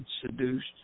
seduced